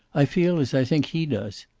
i feel as i think he does.